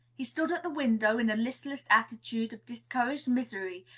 he stood at the window in a listless attitude of discouraged misery,